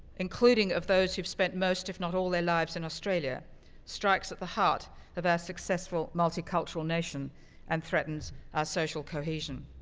including of those who've spent most, if not all, their lives in australia strikes at the heart of our successful multi-cultural nation and threatens our social cohesion.